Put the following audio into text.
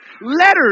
letters